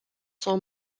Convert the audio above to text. sont